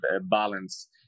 balance